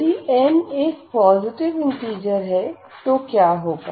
यदि n एक positive integer है तो क्या होगा